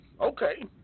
okay